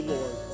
Lord